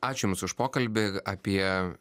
ačiū jums už pokalbį apie